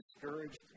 discouraged